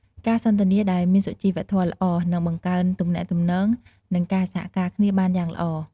ការសន្ទនាដែលមានសុជីវធម៌ល្អ នឹងបង្កើនទំនាក់ទំនង និងការសហការគ្នាបានយ៉ាងល្អ។